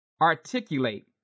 articulate